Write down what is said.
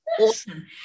Awesome